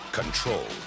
control